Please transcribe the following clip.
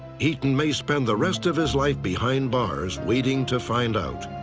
heaton may spend the rest of his life behind bars waiting to find out.